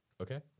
Okay